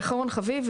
חביב,